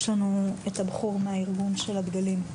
יש לנו את הבחור מהארגון של הדגלים.